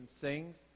Sings